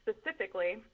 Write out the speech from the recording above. specifically